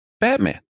Batman